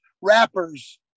rappers